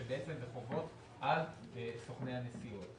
בעצם בחובות על סוכני הנסיעות.